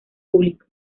público